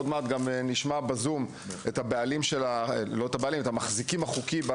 עוד מעט אנחנו גם נשמע ב- Zoom את המחזיק החוקי של